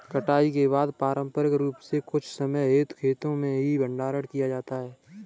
कटाई के बाद पारंपरिक रूप से कुछ समय हेतु खेतो में ही भंडारण किया जाता था